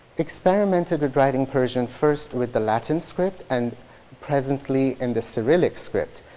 experimented with writing persian first with the latin script and presently in the cyrillic script.